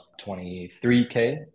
23K